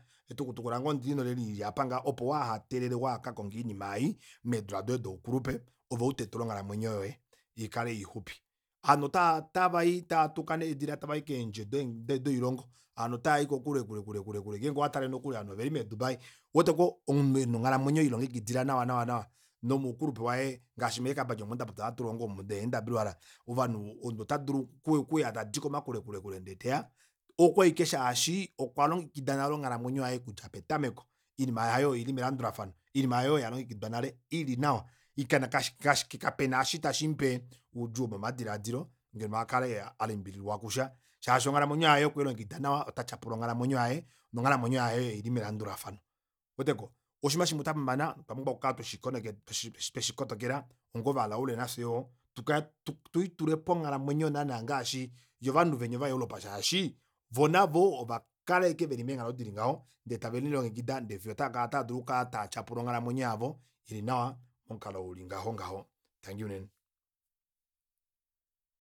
Etukutuku lange ondilina oleli lili aapa ngaha opo wahateelele waha kakonge oinima ei meendula doye doukulupe ove utetule onghalamwenyo yoye ikale ixupi. ovanhu otaa otavayi taatuka needila tavayi keendje doilongo ovanhu otavai kokule kule kule ngeenge owatale nokuli ovanhu oveli mee dubai ouweteko omunhu ena onghalamwenyo eili longekidila nawa nawa nawa nomo ukulupe waye ngaashi mee campany omo ndapopya hatulongo dee nwr ovanhu omunhu otadulu okuuya tadi komakule kule ndee teya oku ashike shaashi okwalongekida nale onghalamwenyo yaye okudja petameko oinima yaye oili melandulafano oinima yaye oya longekidwa nale ili nawa kapena osho tashi mupe oudjuu womomadilaadilo ngeno akale alimbililwa kusha shaashi onghalamwenyo yaye okweilongekida nawa ota tyapula onghalamwenyo yaye nonghalamwenyo yaye oili melandulafano ouweteko oshinima shimwe shafimana otwa pumbwa oku kala tweshi kotokela onga ovalaule nafye yoo tukale twii tule ponghalamwenyo naana ngaashi yovanhu venya vova europe shaashi voo navo ovakala ashike veli meenghalo dili ngaho ndee tave lilongekida ndee fiyo otaadulu oku kala taa tyapula onghalamwenyo yavo ili nawa momukalo oo uli ngaho ngaho tangi unene